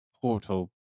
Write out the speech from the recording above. portal